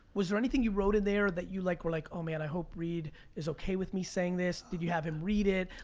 was there anything you wrote in there that you like were like, oh man i hope reed is okay with me saying this? did you have him read it?